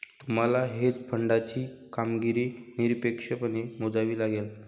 तुम्हाला हेज फंडाची कामगिरी निरपेक्षपणे मोजावी लागेल